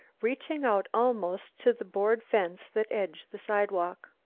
reaching out almost to the board fence that edged the sidewalk.